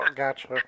gotcha